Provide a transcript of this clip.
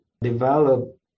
develop